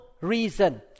reason